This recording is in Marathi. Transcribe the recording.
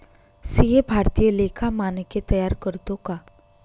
सी.ए भारतीय लेखा मानके तयार करतो का